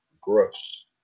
Gross